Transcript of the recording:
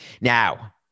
Now